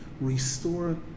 restore